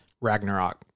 Ragnarok